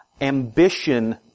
ambition